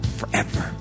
forever